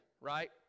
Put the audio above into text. right